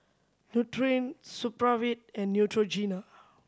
Nutren Supravit and Neutrogena